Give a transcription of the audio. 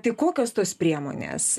tai kokios tos priemonės